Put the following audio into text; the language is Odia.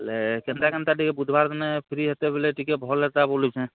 ହେଲେ କେନ୍ତା କେନ୍ତା ଟିକେ ବୁଧୁବାର୍ ଦିନେ ଫ୍ରି ହେତେ ବେଲେ ଟିକେ ଭଲ୍ ହେତା ବଲୁଛେଁ